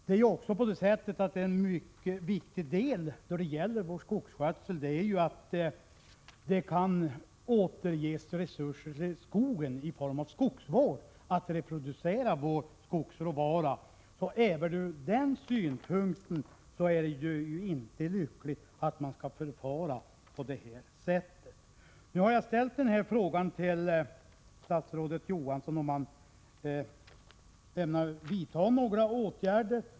En mycket viktig omständighet när det gäller skötseln av vår skog är att det också kan ges resurser till återskapande av skogen i form av skogsvård, dvs. till att reproducera vår skogsråvara. Så även från denna synpunkt är det olyckligt att man skall förfara på detta sätt. Jag har frågat statsrådet Johansson om han ämnar vidta några åtgärder.